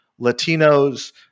Latinos